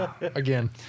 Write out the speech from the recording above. again